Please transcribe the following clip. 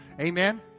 Amen